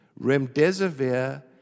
Remdesivir